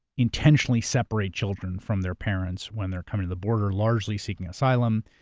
intentionally separate children from their parents when they're coming to the border, largely, seeking asylum.